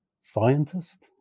scientist